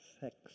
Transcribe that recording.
sex